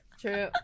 True